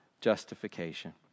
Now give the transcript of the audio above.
justification